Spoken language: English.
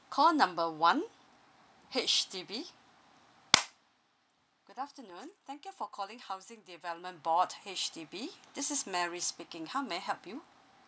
call number one H_D_B good afternoon thank you for calling housing development board H_D_B this is mary speaking how may I help you